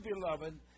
beloved